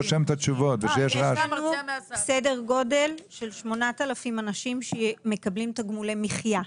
יש לנו סדר גודל של 8,000 אנשים שמקבלים תגמולי מחייה.